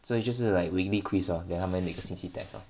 所以就是 like weekly quiz loh then 他们每个星期 test loh